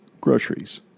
groceries